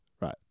right